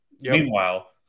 Meanwhile